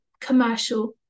commercial